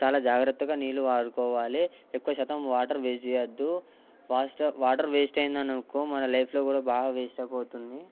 చాలా జాగ్రత్తగా నీళ్ళు వాడుకోవాలి ఎక్కువ శాతం వాటర్ వేస్ట్ చేయద్దు వాస్టర్ వాటర్ వేస్ట్ అయింది అనుకో మన లైఫ్ కూడా అలాగే వేస్ట్ అయిపోతుంది